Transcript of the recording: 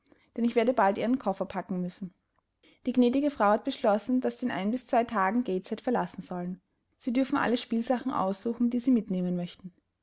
denn ich werde bald ihren koffer packen müssen die gnädige frau hat beschlossen daß sie in ein bis zwei tagen gateshead verlassen sollen sie dürfen alle spielsachen aussuchen die sie mitnehmen möchten